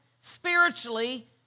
spiritually